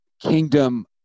kingdom